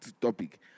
topic